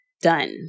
done